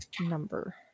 number